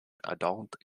adult